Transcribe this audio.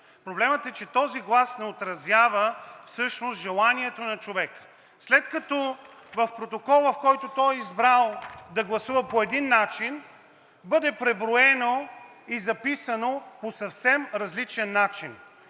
Проблемът е, че този глас не отразява желанието на човека (показва документ), след като в протокола, в който той е избрал да гласува по един начин, бъде преброено и записано по съвсем различен начин.